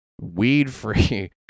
weed-free